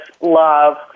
love